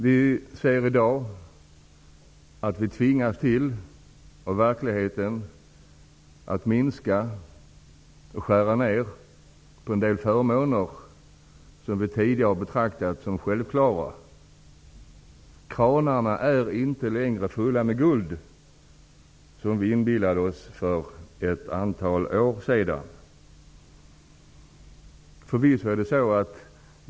Vi tvingas i dag av verkligheten att skära ned en del förmåner som vi tidigare har betraktat som självklara. Kranarna är inte längre fulla med guld, som vi inbillade oss för ett antal år sedan.